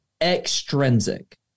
extrinsic